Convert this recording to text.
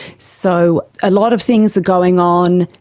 so a lot of things are going on,